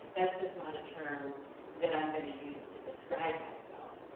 that's just not a term that i'm gonna use to describe myself.